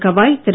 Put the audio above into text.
Gavai Thiru